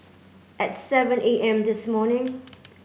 at seven A M this morning